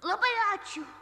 labai ačiū